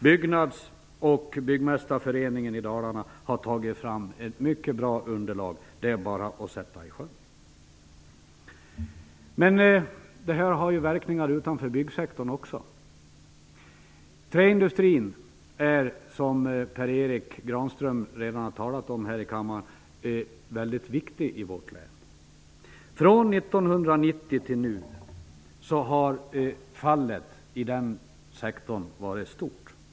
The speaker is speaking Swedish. Byggnads och Byggmästareföreningen i Dalarna har tagit fram ett mycket bra underlag. Det är bara att sjösätta det som sägs där. Men det här får verkningar också utanför byggsektorn. Träindustrin är, som Per Erik Granström redan har sagt här i kammaren, väldigt viktig i vårt län. Från 1990 till nu har fallet inom den sektorn varit stort.